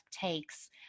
takes